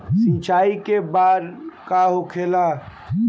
सिंचाई के बार होखेला?